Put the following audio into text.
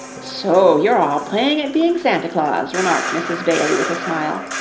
so you're all playing at being santa claus, remarked mrs. bailey with a smile.